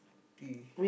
tea